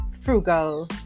frugal